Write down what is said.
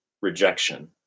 rejection